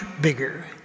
bigger